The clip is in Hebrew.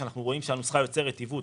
כשאנחנו רואים שהנוסחה יוצרת עיוות,